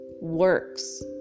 works